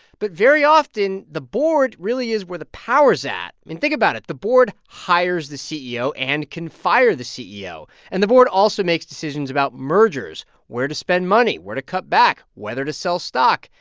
but very often, the board really is where the power's at. i mean, think about it. the board hires the ceo and can fire the ceo. and the board also makes decisions about mergers, where to spend money, where to cut back, whether to sell stock.